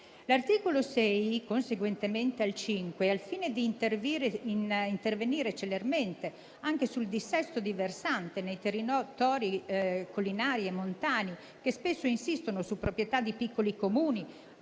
L'articolo 6, conseguentemente al 5, al fine di intervenire celermente anche sul dissesto di versante nei territori collinari e montani, che spesso insistono su proprietà di piccoli comuni